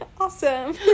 awesome